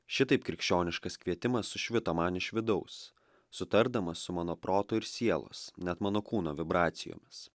šitaip krikščioniškas kvietimas sušvito man iš vidaus sutardamas su mano proto ir sielos net mano kūno vibracijomis